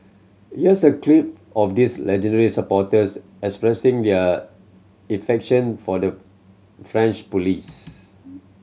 here's a clip of these legendary supporters expressing their effection for the French police